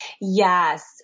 Yes